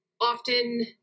often